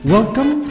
Welcome